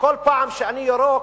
כל פעם שאני, ירוק,